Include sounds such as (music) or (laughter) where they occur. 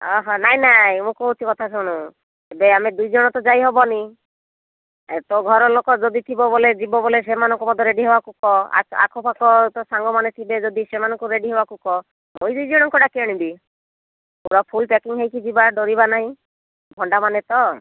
ନାଇଁ ନାଇଁ ମୁଁ କହୁଛି କଥା ଶୁଣ୍ ଏବେ ଆମେ ଦୁଇଜଣ ତ ଯାଇହବନି ତୋ ଘରଲୋକ ଯଦି ଥିବ ବୋଲେ ଯିବ ବୋଲେ ସେମାନଙ୍କୁ ମଧ୍ୟ ରେଡ଼ି ହବାକୁ କହ ଆଖପାଖ ତୋ ସାଙ୍ଗମାନେ ଥିବେ ଯଦି ସେମାନଙ୍କୁ ରେଡ଼ି ହବାକୁ କହ ମୁଁ ଦୁଇ ଜଣଙ୍କୁ ଡ଼ାକି ଆଣିବି ପୁରା ଫୁଲ୍ ପ୍ୟାକିଂ ହେଇକି ଯିବା ଡରିବା ନାହିଁ (unintelligible) ମାନେ ତ